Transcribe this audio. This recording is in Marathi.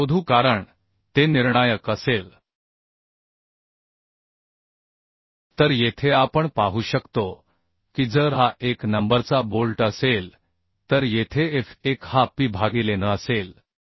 आपण शोधू कारण ते निर्णायक असेल तर येथे आपण पाहू शकतो की जर हा 1 नंबरचा बोल्ट असेल तर येथे F1 हा P भागिले n असेल